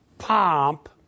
pomp